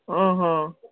ଓ ହୋ